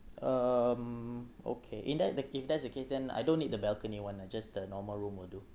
um okay in that the if that's the case then I don't need the balcony [one] lah just the normal room will do